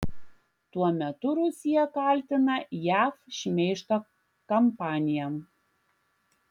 tuo metu rusija kaltina jav šmeižto kampanija